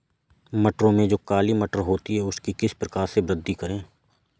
मटरों में जो काली मटर होती है उसकी किस प्रकार से वृद्धि करें?